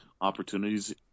opportunities